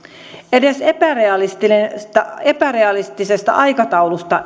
edes epärealistisesta epärealistisesta aikataulusta